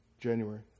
january